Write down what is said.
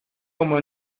como